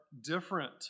different